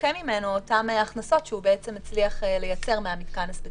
אותן הכנסות שהוא הצליח לייצר מהמתקן הספציפי.